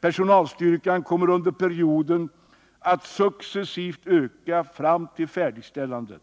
Personalstyrkan kommer under perioden att successivt öka fram till färdigställandet.